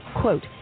Quote